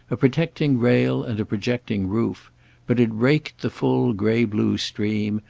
a protecting rail and a projecting roof but it raked the full grey-blue stream,